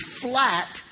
flat